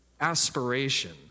aspiration